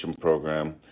program